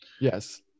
Yes